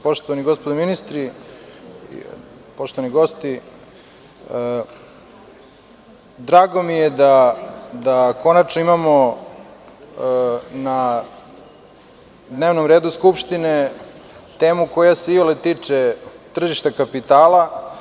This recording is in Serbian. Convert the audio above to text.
Poštovana gospodo ministri, poštovani gosti, drago mi je da konačno imamo na dnevnom redu Skupštine temu koja se iole tiče tržišta kapitala.